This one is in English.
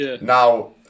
now